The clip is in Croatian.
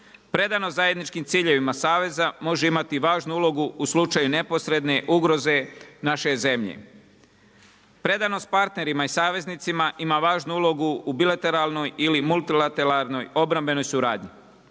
Predano zajedničkim ciljevima saveza može imati važnu ulogu u slučaju neposredne ugroze naše zemlje. Predanost partnerima i saveznicima ima važnu ulogu u bilateralnoj ili multilateralnoj obrambenoj suradnji.